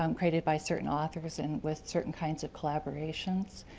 um created by certain authors and with certain kinds of collaborations,